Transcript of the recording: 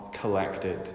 collected